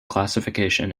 classification